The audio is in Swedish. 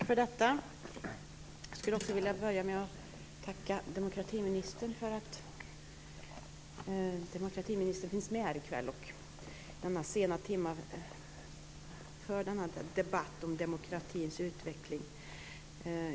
Herr talman! Jag skulle vilja börja med att tacka demokratiministern för att hon finns med här i kväll och för att hon i denna sena timma för denna debatt om demokratins utveckling.